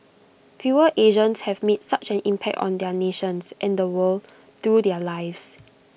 fewer Asians have made such an impact on their nations and the world through their lives